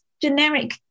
generic